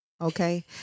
Okay